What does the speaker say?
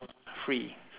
free